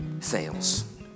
fails